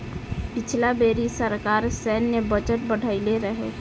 पिछला बेरी सरकार सैन्य बजट बढ़इले रहे